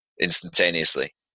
instantaneously